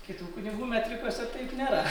kitų kunigų metrikose taip nėra